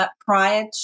Prior